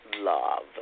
love